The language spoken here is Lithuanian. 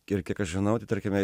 ir kiek aš žinau tai tarkime